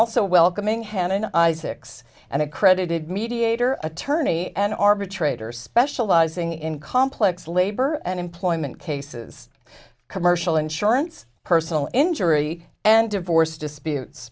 also welcoming hannon isaacs and a credited mediator attorney an arbitrator specializing in complex labor and employment cases commercial insurance personal injury and divorce dispute